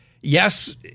Yes